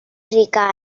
rica